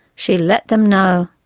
she let them know.